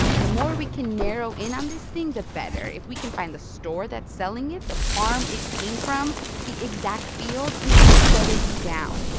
and the more we can narrow in on this thing, the better. if we can find the store that's selling it, the farm it came from the exact field, we can shut it down,